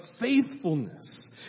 faithfulness